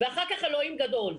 ואחר כך אלוהים גדול.